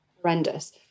horrendous